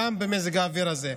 גם במזג האוויר הזה.